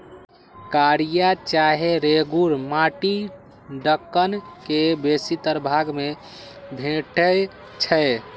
कारिया चाहे रेगुर माटि दक्कन के बेशीतर भाग में भेटै छै